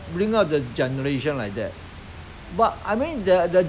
you give them the better like comfort life or this kind of thing you see